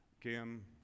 Kim